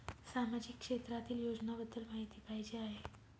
सामाजिक क्षेत्रातील योजनाबद्दल माहिती पाहिजे आहे?